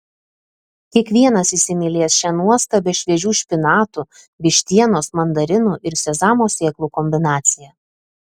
kiekvienas įsimylės šią nuostabią šviežių špinatų vištienos mandarinų ir sezamo sėklų kombinaciją